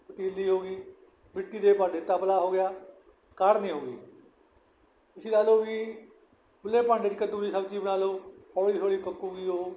ਪਤੀਲੀ ਹੋਗੀ ਮਿੱਟੀ ਦੇ ਭਾਂਡੇ ਤਪਲਾ ਹੋ ਗਿਆ ਕਾੜ੍ਹਨੀ ਹੋਗੀ ਤੁਸੀਂ ਲਾ ਲਓ ਵੀ ਖੁੱਲ੍ਹੇ ਭਾਂਡੇ 'ਚ ਕੱਦੂ ਦੀ ਸਬਜ਼ੀ ਬਣਾ ਲਓ ਹੌਲੀ ਹੌਲੀ ਪੱਕੂਗੀ ਉਹ